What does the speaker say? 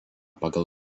pagal